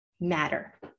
matter